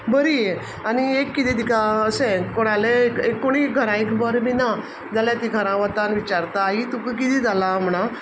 बरी आनी एक कितें तिका अशें कोणालें एक कोणूय घरांत एक बरें बीन ना जाल्यार ती घरांत वता आनी विचारता आई तुका कितें जालां म्हुणोन